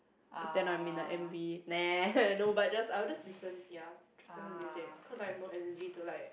pretened I'm in a M_V !neh! no but just I would just listen ya just listen to music cause I've no energy to like